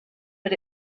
but